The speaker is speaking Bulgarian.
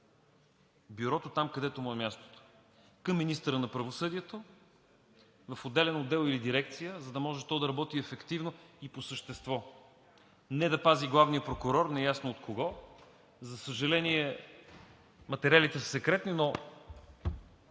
Бюрото там, където му е мястото – към министъра на правосъдието, в отделен отдел или дирекция, за да може то да работи ефективно и по същество, а не да пази главния прокурор неясно от кого. За съжаление, материалите са секретни, но